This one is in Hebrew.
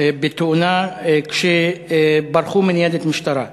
בתאונה כשברחו מניידת משטרה.